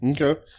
Okay